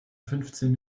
fünfzehn